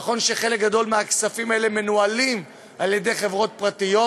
נכון שחלק גדול מהכספים האלה מנוהלים על-ידי חברות פרטיות,